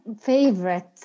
favorite